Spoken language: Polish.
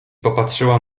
popatrzyła